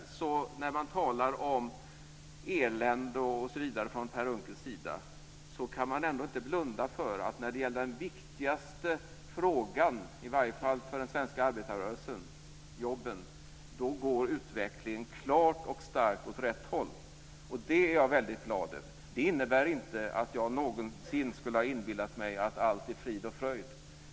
När Per Unckel talar om elände osv. kan han ändå inte blunda för att när det gäller den viktigaste frågan i varje fall för den svenska arbetarrörelsen, nämligen jobben, så går utvecklingen klart och starkt åt rätt håll. Det är jag väldigt glad över. Detta innebär inte att jag någonsin skulle ha inbillat mig att allt är frid och fröjd.